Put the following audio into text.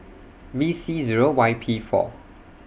B C Zero Y P four